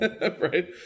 right